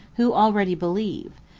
who already believe,